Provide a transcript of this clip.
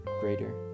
greater